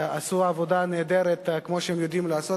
עשו עבודה נהדרת כמו שהם יודעים לעשות,